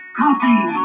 coffee